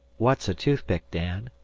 what's a toothpick, dan?